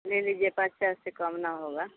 ले लीजिए पाँच हज़ार से कम न होगा